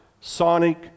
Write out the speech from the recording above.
sonic